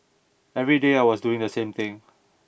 every day I was doing the same thing